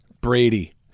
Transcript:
Brady